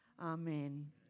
Amen